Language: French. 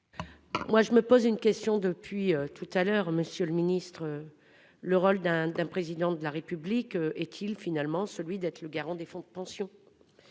vote. Je me pose une question depuis tout à l'heure, monsieur le ministre : le rôle d'un Président de la République est-il d'être le garant des fonds de pension ?